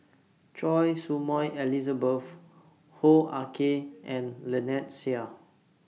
Choy Su Moi Elizabeth Hoo Ah Kay and Lynnette Seah